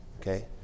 Okay